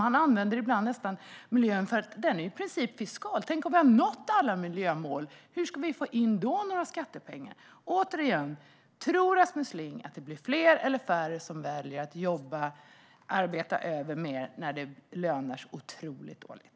Man använder miljön, och den är i princip fiskal. Tänk om vi skulle nå alla miljömål! Hur ska vi då få in några skattepengar? Återigen: Tror Rasmus Ling att det blir fler eller färre som väljer att arbeta över när det lönar sig så otroligt dåligt?